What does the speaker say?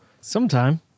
Sometime